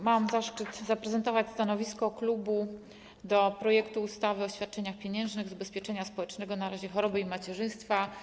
Mam zaszczyt zaprezentować stanowisko klubu dotyczące projektu ustawy o świadczeniach pieniężnych z ubezpieczenia społecznego w razie choroby i macierzyństwa.